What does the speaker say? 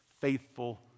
Faithful